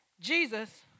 Jesus